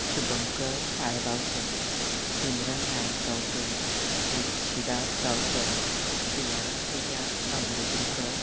Shubhankar Salgaonkar Simran Naik Gaonkar Tulshidas Gaonkar Shivani Priya Gaondongrikar